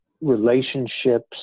relationships